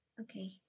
Okay